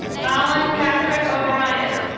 colin patrick o'brien